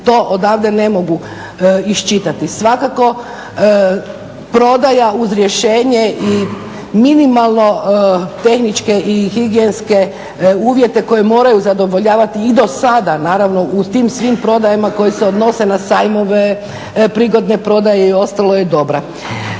To odavde ne mogu iščitati. Svakako prodaja uz rješenje i minimalno tehničke i higijenske uvjete koje moraju zadovoljavati i do sada naravno u tim svim prodajama koje se odnose na sajmove, prigodne prodaje i ostalo je dobra.